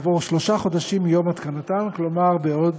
כעבור שלושה חודשים מיום התקנתן, כלומר בעוד